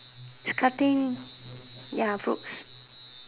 is cutting ya fruits